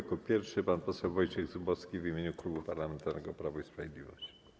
Jako pierwszy pan poseł Wojciech Zubowski w imieniu Klubu Parlamentarnego Prawo i Sprawiedliwość.